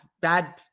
bad